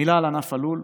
מילה על ענף הלול.